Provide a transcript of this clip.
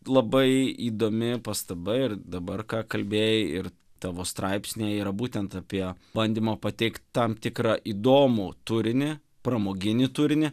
labai įdomi pastaba ir dabar ką kalbėjai ir tavo straipsnyje yra būtent apie bandymą pateikt tam tikrą įdomų turinį pramoginį turinį